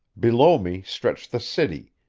below me stretched the city,